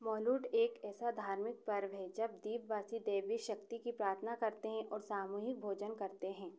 मौलूड एक ऐसा धार्मिक पर्व है जब द्वीपवासी दैवीय शक्ति की प्रार्थना करते हैं और सामूहिक भोजन करते हैं